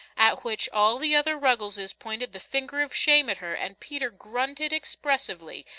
at which all the other ruggleses pointed the finger of shame at her and peter grunted expressively,